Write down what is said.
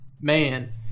man